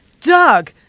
Doug